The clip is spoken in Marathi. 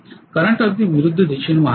करंट अगदी विरुद्ध दिशेने वाहत आहे